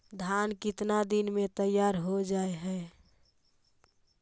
धान केतना दिन में तैयार हो जाय है?